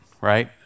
right